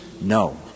No